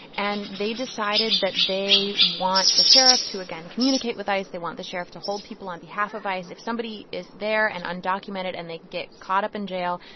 and they decided that they want the sheriff to again communicate with ice. they want the sheriff to hold people on behalf of ice. if somebody is there and undocumented and they get caught up in jail,